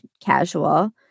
casual